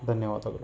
ಧನ್ಯವಾದಗಳು